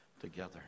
together